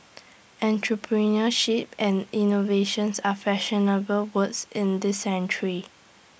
entrepreneurship and innovations are fashionable words in this century